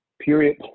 period